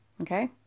Okay